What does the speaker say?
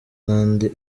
n’andi